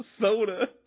soda